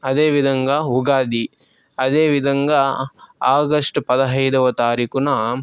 అదేవిధంగా ఉగాది అదేవిధంగా ఆగస్టు పదహైదవ తారీకునా